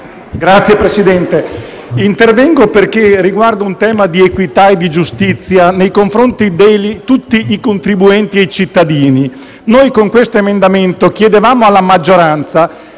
Signor Presidente, intervengo perché l'emendamento 9.0.4 riguarda un tema di equità e di giustizia nei confronti di tutti i contribuenti e i cittadini. Noi, con questo emendamento, chiedevamo alla maggioranza